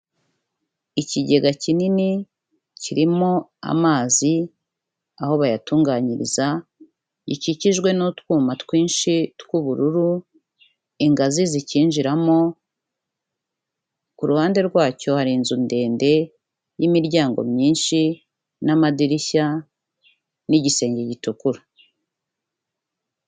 Ikigega kinini kirimo amazi aho bayatunganyiriza, gikikijwe n'utwuma twinshi tw'ubururu, ingazi zikinjiramo, ku ruhande rwacyo hari inzu ndende y'imiryango myinshi n'amadirishya n'igisenge gitukura.